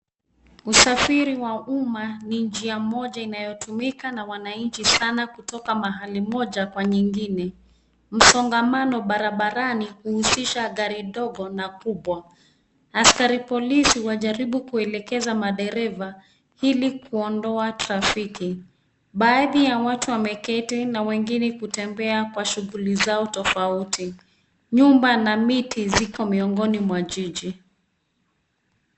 Usafiri wa umma ni njia moja inayotumika na wanainchi sana kutoka mahali moja kwa nyingine. Msongamano barabarani huhusisha gari dogo na kubwa. Askari polisi wanajaribu kuelekeza madereva ili kuondoa trafiki. Baadhi ya watu wameketi na wengine kutembea kwa shuguli zao tofauti. Nyumba na miti ziko miongoni mwa jiji.